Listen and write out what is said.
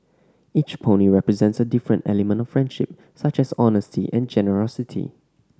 each pony represents a different element of friendship such as honesty and generosity